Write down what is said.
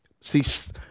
See